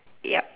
yup